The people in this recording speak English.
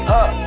up